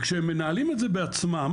וכשהם מנהלים את זה בעצמם,